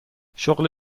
شغل